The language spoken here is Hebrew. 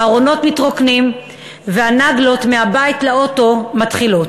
הארונות מתרוקנים והנגלות מהבית לאוטו מתחילות.